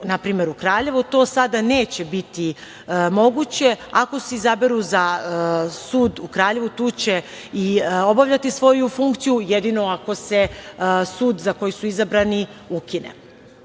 npr. u Kraljevo. To sada neće biti moguće. Ako se izaberu za sud u Kraljevu, tu će i obavljati svoju funkciju, jedino ako se sud za koji su izabrani ukine. Inače,